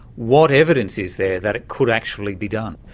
what evidence is there that it could actually be done?